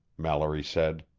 mallory said.